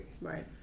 Right